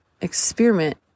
experiment